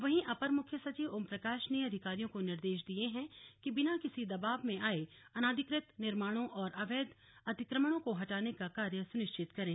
वहीं अपर मुख्य सचिव ओम प्रकाश ने अधिकारियों को निर्देश दिए हैं कि बिना किसी दबाव में आये अनाधिकृत निर्माणों और अवैध अतिक्रमणों को हटाने का कार्य सुनिश्चित करें